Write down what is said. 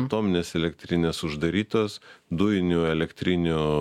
atominės elektrinės uždarytos dujinių elektrinių